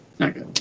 Okay